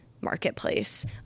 marketplace